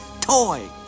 toy